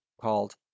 called